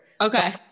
Okay